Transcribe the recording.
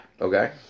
Okay